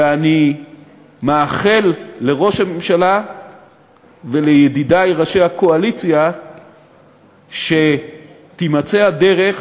ואני מאחל לראש הממשלה ולידידי ראשי הקואליציה שתימצא הדרך